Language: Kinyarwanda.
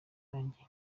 yarangiye